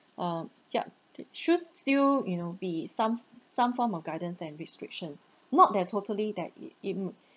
um ya it should still you know be some some form of guidance and restrictions not that totally that it it m~